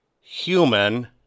human